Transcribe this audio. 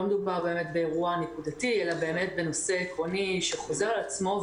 לא מדובר באירוע נקודתי אלא בנושא עקרוני שחוזר על עצמו.